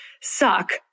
suck